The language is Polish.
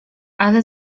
ale